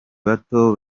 bato